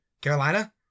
Carolina